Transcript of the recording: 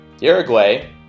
Uruguay